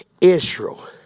Israel